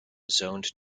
zoned